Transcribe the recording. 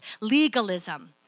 legalism